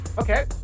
Okay